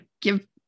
give